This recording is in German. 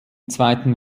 zweiten